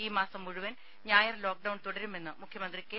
ഈ മാസം മുഴുവൻ ഞായർ ലോക്ഡൌൺ തുടരുമെന്ന് മുഖ്യമന്ത്രി കെ